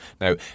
Now